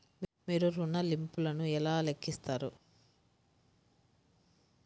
మీరు ఋణ ల్లింపులను ఎలా లెక్కిస్తారు?